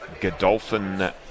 Godolphin